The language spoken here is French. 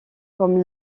comme